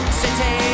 city